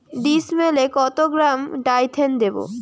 ডিস্মেলে কত gram Dithane দেবো?